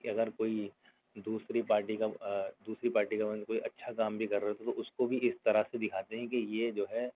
کہ اگر کوئی دوسری پارٹی کا دوسری پارٹی کا بندہ کوئی اچھا کام بھی کر رہا ہے تو اس کو بھی اس طرح سے دکھاتے ہیں کہ یہ جو ہے